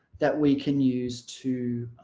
that we can use to